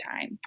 time